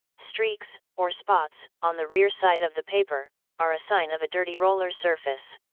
streaks or spots on the rear side of the paper are a sign of a dirty roller surface.